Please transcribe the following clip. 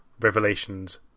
Revelations